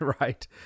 Right